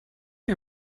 mir